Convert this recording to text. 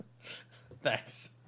thanks